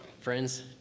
friends